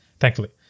Thankfully